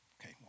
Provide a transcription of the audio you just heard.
Okay